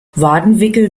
wadenwickel